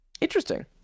interesting